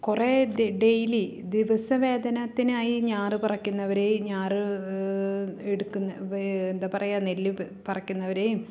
കുറേ ഡെയിലി ദിവസ വേതനത്തിനായി ഞാറ് പറിക്കുന്നവരെ ഞാറ് എടുക്കുന്ന എന്താ പറയുക നെല്ല് പറിക്കുന്നവരേയും